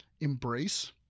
embrace